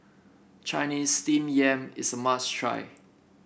Chinese Steamed Yam is a must try